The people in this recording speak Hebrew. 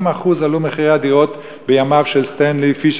ב-40% עלו מחירי הדירות בימיו של סטנלי פישר,